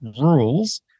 rules